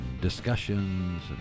discussions